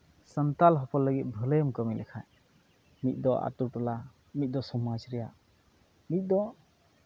ᱥᱟᱱᱛᱟᱲ ᱦᱚᱯᱚᱱ ᱞᱟᱹᱜᱤᱫ ᱵᱷᱟᱹᱞᱟᱹᱭ ᱮᱢ ᱠᱟᱹᱢᱤ ᱞᱮᱠᱷᱟᱡ ᱢᱤᱫ ᱫᱚ ᱟᱛᱳ ᱴᱚᱞᱟ ᱢᱤᱫ ᱫᱚ ᱥᱚᱢᱟᱡᱽ ᱨᱮᱭᱟᱜ ᱢᱤᱫ ᱫᱚ